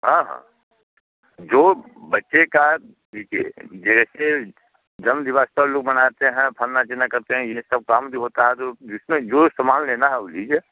हाँ हाँ जो बच्चे का देखिए जैसे जन्म दिवस पर लोग मनाते हैं फलना चिलना करते हैं यह सब यह सब काम भी होता है जो जिसमें जो सामान लेना है वह लीजिए